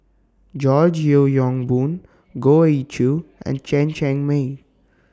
George Yeo Yong Boon Goh Ee Choo and Chen Cheng Mei